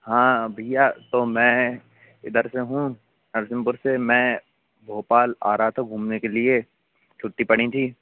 हाँ भैया तो मैं इधर से हूँ नरसिंहपुर से मैं मैं भोपाल आ रहा था घूमने के लिए छुट्टी पड़ीं थीं